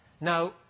Now